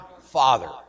Father